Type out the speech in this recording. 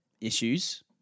issues